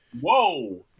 Whoa